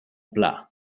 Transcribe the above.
pla